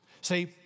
See